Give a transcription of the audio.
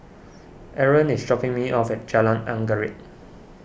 Aron is dropping me off at Jalan Anggerek